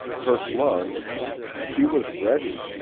her gloves she was ready,